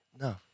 No